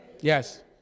Yes